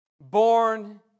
Born